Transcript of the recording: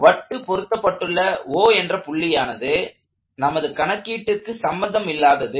வட்டு பொருத்தப்பட்டுள்ள O என்ற புள்ளியானது நமது கணக்கீட்டிற்கு சம்பந்தமில்லாதது